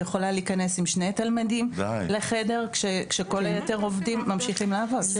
היא יכולה להיכנס עם שני תלמידים לחדר כשכל היתר ממשיכים לעבוד.